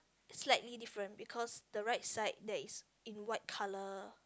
slightly different because the right side that is in white color